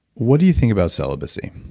what do you think about celibacy?